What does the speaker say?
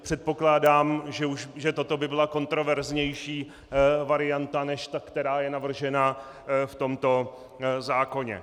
Předpokládám, že toto by byla kontroverznější varianta než ta, která je navržena v tomto zákoně.